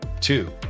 Two